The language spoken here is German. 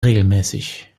regelmäßig